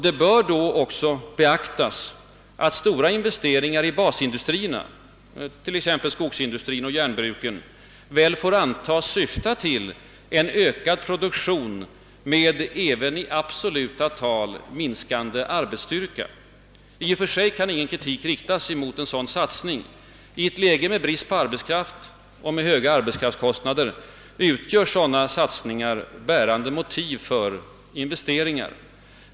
Det bör därvid också beaktas att stora investeringar i basindustrierna — t.ex. skogsindustrin och järnbruken — får antagas syfta till en ökad produktion med en även i absoluta tal minskande arbetsstyrka. I och för sig kan ingen kritik riktas mot detta. I ett läge med brist på arbets kraft och med höga arbetskraftskostnader utgör sådana satsningar bärande motiv för investeringar.